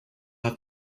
have